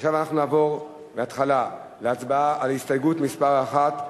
עכשיו אנחנו נעבור מההתחלה להצבעה על הסתייגות מס' 1,